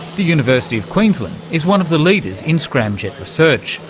the university of queensland is one of the leaders in scramjet research,